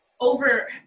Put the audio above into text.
over